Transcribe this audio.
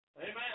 Amen